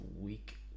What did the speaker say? week